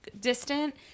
distant